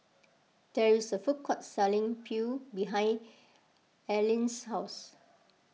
there is a food court selling Pho behind Arline's house